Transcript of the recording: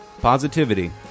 positivity